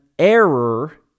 error